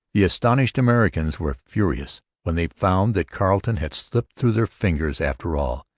the astonished americans were furious when they found that carleton had slipped through their fingers after all.